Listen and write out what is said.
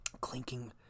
clinking